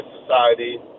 society